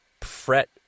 fret